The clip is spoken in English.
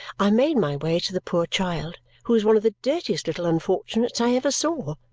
i made my way to the poor child, who was one of the dirtiest little unfortunates i ever saw,